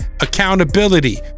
accountability